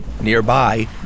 Nearby